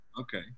Okay